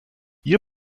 ihr